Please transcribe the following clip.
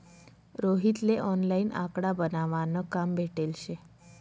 रोहित ले ऑनलाईन आकडा बनावा न काम भेटेल शे